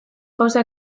gauza